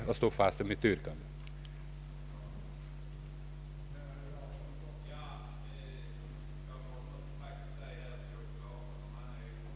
Jag står fast vid mitt tidigare yrkande.